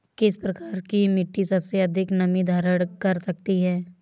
किस प्रकार की मिट्टी सबसे अधिक नमी धारण कर सकती है?